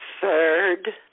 Third